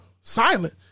silent